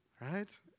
right